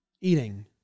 eating